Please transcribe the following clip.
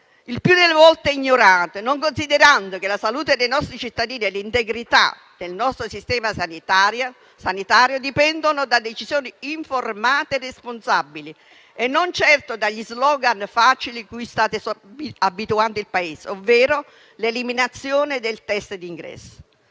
il più delle volte ignorate, non considerando che la salute dei nostri cittadini e l'integrità del nostro sistema sanitario dipendono da decisioni informate e responsabili e non certo dagli slogan facili cui state abituando il Paese, ovvero l'eliminazione del test d'ingresso.